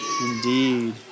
indeed